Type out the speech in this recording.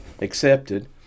accepted